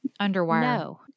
Underwire